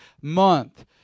month